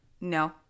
No